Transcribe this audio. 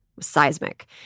seismic